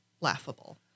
laughable